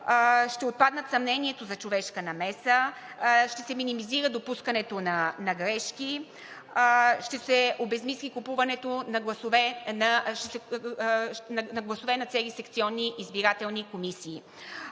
ще отпадне съмнението за човешка намеса, ще се минимизира допускането на грешки, ще се обезсили купуването на гласове на цели секционни избирателни комисии.